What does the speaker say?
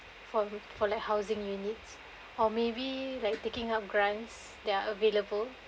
for for like housing units or maybe like taking up grants that are available